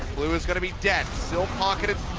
blue is going to be dead. so um